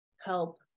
help